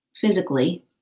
physically